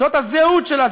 זאת הזהות שלה,